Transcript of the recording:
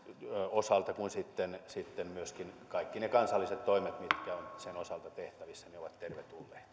osalta ja sitten myöskin kaikki ne kansalliset toimet mitkä ovat sen osalta tehtävissä ovat